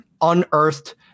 unearthed